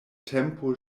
tempo